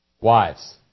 Wives